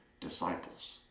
disciples